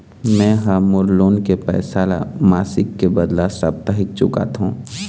में ह मोर लोन के पैसा ला मासिक के बदला साप्ताहिक चुकाथों